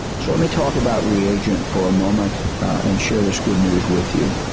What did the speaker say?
so let me talk about reagent for a moment and share this good news with you.